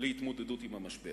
להתמודדות עם המשבר.